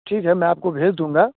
ठीक है मैं आपको भेज दूँगा